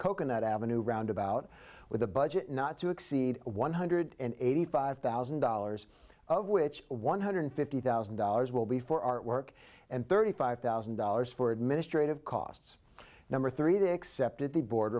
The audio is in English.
coconut avenue roundabout with a budget not to exceed one hundred eighty five thousand dollars of which one hundred fifty thousand dollars will be for artwork and thirty five thousand dollars for administrative costs number three they accepted the board